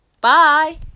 Bye